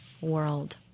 world